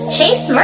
Chase